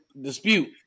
dispute